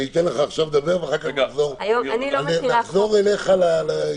אתן לך עכשיו לדבר ואחרי זה נחזור אליך לעניין.